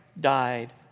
died